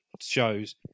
shows